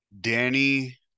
Danny